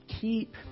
keep